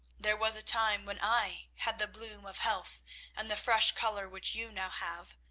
there was a time when i had the bloom of health and the fresh colour which you now have.